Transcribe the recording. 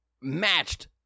matched